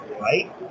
right